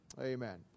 Amen